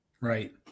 Right